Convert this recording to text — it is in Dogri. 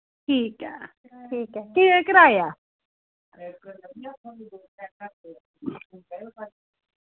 ठीक ऐ ठीक ऐ केह् कराया